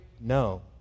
no